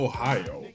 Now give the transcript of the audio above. Ohio